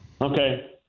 okay